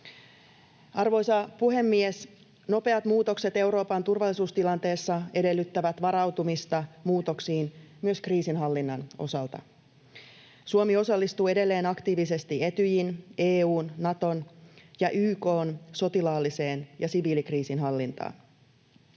Arvoisa puhemies! Nopeat muutokset Euroopan turvallisuustilanteessa edellyttävät varautumista muutoksiin myös kriisinhallinnan osalta. Suomi osallistuu edelleen aktiivisesti Etyjin, EU:n, Naton ja YK:n sotilaalliseen ja siviilikriisinhallintaan.